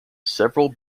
several